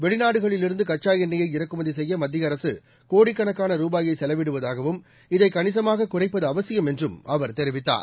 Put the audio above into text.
வெளிநாடுகளிலிருந்து கச்சா எண்ணெயை இறக்குமதி செய்ய மத்திய அரசு கோடிக்கணக்கான ரூபாயை செலவிடுவதாகவும் இதை கணிசமாக குறைப்பது அவசியம் என்றும் அவர் தெரிவித்தார்